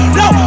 no